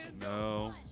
No